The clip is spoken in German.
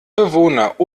bewohner